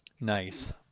Nice